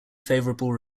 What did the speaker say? favorable